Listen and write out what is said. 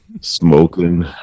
smoking